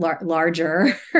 larger